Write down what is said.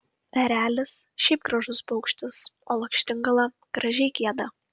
erelis šiaip gražus paukštis o lakštingala gražiai gieda